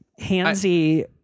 Handsy